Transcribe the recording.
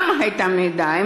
למה היה מידע?